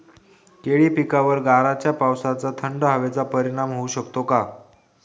केळी पिकावर गाराच्या पावसाचा, थंड हवेचा परिणाम होऊ शकतो का?